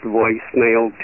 voicemail